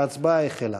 ההצבעה החלה.